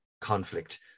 conflict